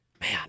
Man